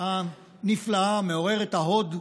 הארכיטקטורה הנפלאה, מלאת ההוד,